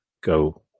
go